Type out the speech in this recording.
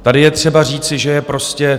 Tady je třeba říci, že je prostě...